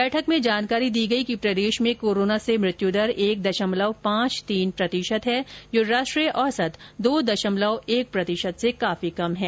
बैठक में अवगत कराया गया कि प्रदेश में कोरोना से मृत्यु दर एक दशमलव पांच तीन प्रतिशत है जो राष्ट्रीय औसत दो दशमलव एक प्रतिशत से काफी कम है